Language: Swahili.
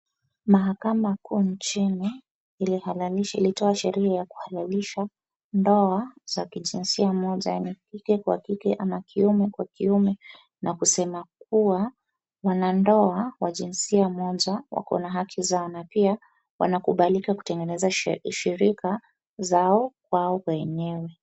Mahakama kuu nchini ilihalalisha ilitoa sheria ya kuhalalisha ndoa za kijinsia moja, kike kwa kike ama kiume kwa kiume, na kusema kuwa wanandoa wa jinsia moja wako na haki zao na pia wanakubalika kutengeneza shirika zao kwao wenyewe.